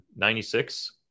96